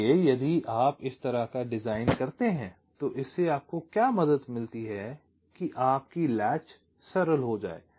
इसलिए यदि आप इस तरह का एक डिज़ाइन करते हैं तो इससे आपको क्या मदद मिलती है कि आपकी लैच सरल हो जाए